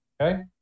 okay